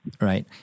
right